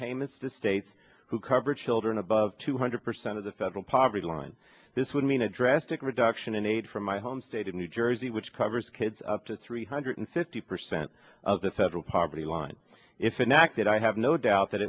payments to states who cover children above two hundred percent of the federal poverty line this would mean a drastic reduction in aid from my home state of new jersey which covers kids up to three hundred fifty percent of the federal poverty line if in fact that i have no doubt that